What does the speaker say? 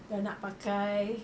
dah nak pakai